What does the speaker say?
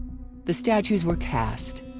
the statues were cast.